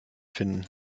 finden